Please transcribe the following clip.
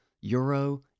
euro